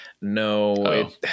No